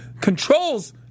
controls